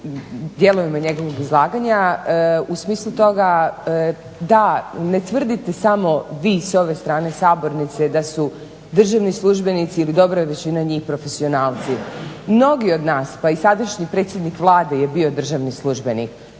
dijelovima njegovog izlaganja u smislu toga da ne tvrdite samo vi s ove strane sabornice da su državni službenici ili dobra većina njih profesionalci. Mnogi od nas pa i sadašnji predsjednik Vlade je bio državni službenik.